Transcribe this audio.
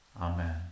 Amen